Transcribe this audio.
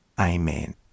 Amen